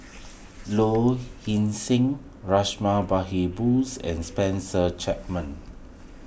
Low Ing Sing Behari Bose and Spencer Chapman